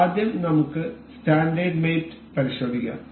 അതിനാൽ ആദ്യം നമുക്ക് സ്റ്റാൻഡേർഡ് മേറ്റ് പരിശോധിക്കാം